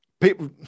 people